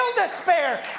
despair